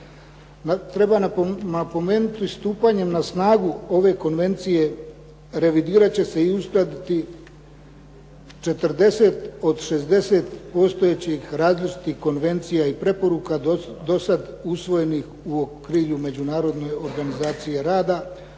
Treba napomenuti stupanjem na snagu ove konvencije revidirat će se i uskladiti 40 od 60 postojećih različitih konvencija i preporuka do sad usvojenih u okviru Međunarodne organizacije rada,